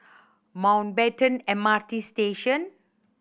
Mountbatten M R T Station